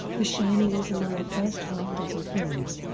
the shining was among the first half-dozen films,